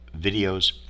videos